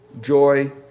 Joy